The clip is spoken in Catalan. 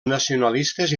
nacionalistes